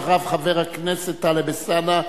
אחריו, חבר הכנסת טלב אלסאנע.